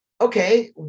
okay